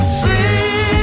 see